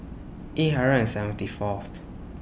eight hundred and seventy Fourth